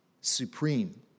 supreme